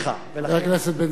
חבר הכנסת בן-סימון,